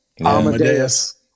Amadeus